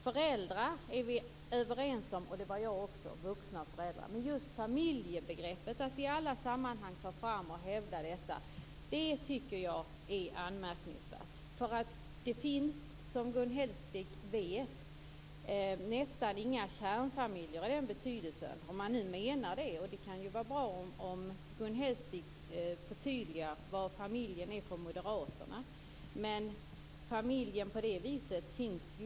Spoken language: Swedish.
Vi är överens om att det gäller vuxna och föräldrar, men jag tycker att det är anmärkningsvärt att man i alla sammanhang tar fram och hävdar just familjebegreppet. Det finns, som Gun Hellsvik vet, nästan inga kärnfamiljer, om det nu är det man menar. Det kan vara bra om Gun Hellsvik förtydligar vad familjen är för moderaterna. Familjen finns inte på det viset i dag.